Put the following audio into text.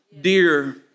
dear